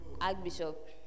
Archbishop